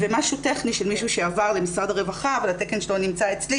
ומשהו טכני של מישהו שעבר למשרד הרווחה אבל התקן שלו נמצא אצלי